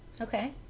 okay